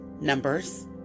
numbers